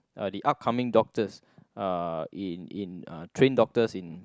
uh the upcoming doctors uh in in uh train doctors in